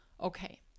Okay